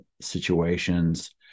situations